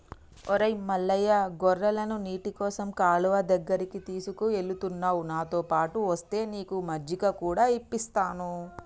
ఒరై మల్లయ్య గొర్రెలను నీటికోసం కాలువ దగ్గరికి తీసుకుఎలుతున్న నాతోపాటు ఒస్తే నీకు మజ్జిగ కూడా ఇప్పిస్తాను